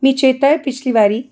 मिगी चेता ऐ पिछली बारी